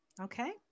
okay